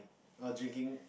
err drinking